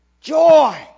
joy